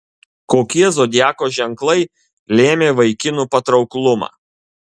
kokie zodiako ženklai lėmė vaikinų patrauklumą